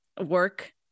work